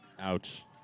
Ouch